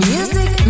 Music